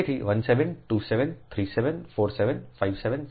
તેથી 17 27 37 47 57 67 બધા સમાન છે